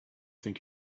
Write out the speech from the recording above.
think